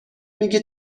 میگه